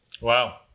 Wow